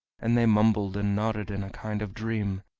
and they mumbled and nodded in a kind of dream,